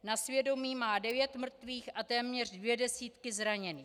Na svědomí má devět mrtvých a téměř dvě desítky zraněných.